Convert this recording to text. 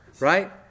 Right